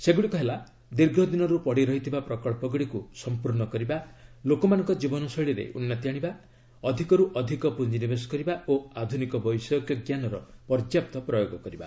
ସେଗୁଡ଼ିକ ହେଲା ଦୀର୍ଘ ଦିନରୁ ପଡ଼ିରହିଥିବା ପ୍ରକଳ୍ପଗୁଡ଼ିକୁ ସମ୍ପୂର୍ଣ୍ଣ କରିବା ଲୋକମାନଙ୍କ ଜୀବନଶୈଳୀରେ ଉନ୍ନତି ଆଣିବା ଅଧିକରୁ ଅଧିକ ପୁଞ୍ଜିନିବେଶ କରିବା ଓ ଆଧୁନିକ ବୈଷୟିକଜ୍ଞାନର ପର୍ଯ୍ୟାପ୍ତ ପ୍ରୟୋଗ କରିବା